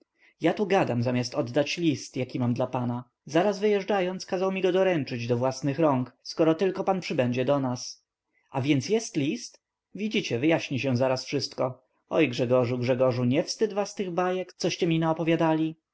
ja tu gadam zamiast oddać list jaki mam dla pana zaraz wyjeżdżając kazał mi doręczyć go do własnych rąk skoro tylko pan przybędzie do nas a więc jest list widzicie wyjaśni się zaraz wszystko oj grzegorzu grzegorzu nie wstyd was tych bajek coście mi naopowiadali